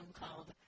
called